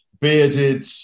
bearded